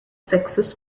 sexes